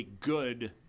good